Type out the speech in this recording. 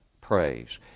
praise